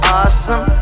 awesome